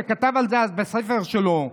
שכתב על זה אז בספר שלו,